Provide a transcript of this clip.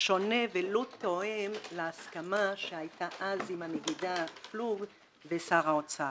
שונה ולא תואמת להסכמה שהיתה אז עם הנגידה פלוג ושר האוצר.